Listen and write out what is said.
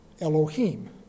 Elohim